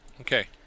Okay